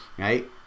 Right